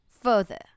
further